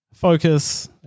Focus